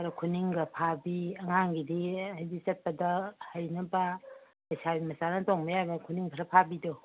ꯈꯔ ꯈꯨꯅꯤꯡꯒ ꯐꯥꯕꯤ ꯑꯉꯥꯡꯒꯤꯗꯤ ꯍꯥꯏꯗꯤ ꯆꯠꯄꯗ ꯍꯩꯅꯕ ꯂꯩꯁꯥꯕꯤ ꯃꯆꯥꯅ ꯇꯣꯡꯕ ꯌꯥꯕ ꯈꯨꯅꯤꯡ ꯈꯔ ꯐꯥꯕꯤꯗꯣ